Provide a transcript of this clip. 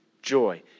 Joy